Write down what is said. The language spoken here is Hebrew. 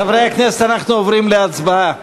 חברי הכנסת, אנחנו עוברים להצבעה.